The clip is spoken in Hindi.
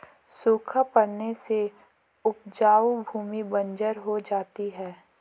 सूखा पड़ने से उपजाऊ भूमि बंजर हो जाती है